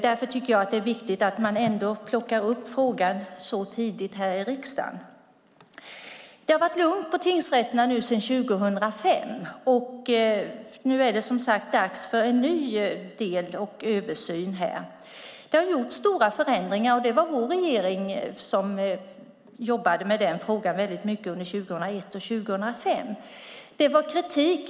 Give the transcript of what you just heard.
Därför tycker jag att det är viktigt att man ändå plockar upp frågan tidigt i riksdagen. Det har varit lugnt i fråga om tingsrätterna sedan 2005, men nu är det dags för en ny översyn. Det har gjorts stora förändringar, och det var "vår" regering som jobbade med den frågan 2001-2005. Det var kritik då.